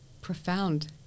profound